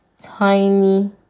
tiny